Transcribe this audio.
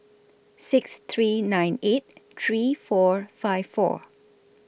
six three nine eight three four five four